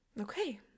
Okay